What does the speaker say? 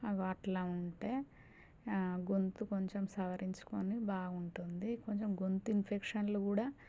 అదిగో అలా ఉంటే గొంతు కొంచెం సవరించుకోని బాగుంటుంది కొంచెం గొంతు ఇన్ఫెక్షన్లు కూడా